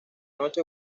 noche